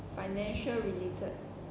financial related